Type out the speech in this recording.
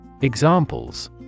Examples